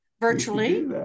virtually